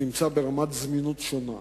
נמצא ברמת זמינות שונה.